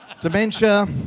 dementia